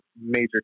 major